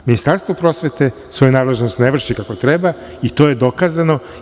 Ministarstvo prosvete svoju nadležnost ne vrši kako treba i to je dokazano.